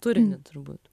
turinį turbūt